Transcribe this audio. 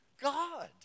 God